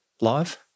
live